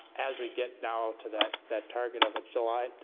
as we get now to that that target of a july,